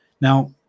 Now